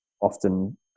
often